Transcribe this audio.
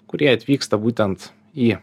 kurie atvyksta būtent į